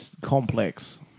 complex